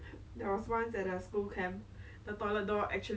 like frosted kind of thing like it's strange